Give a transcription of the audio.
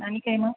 आणि काय मग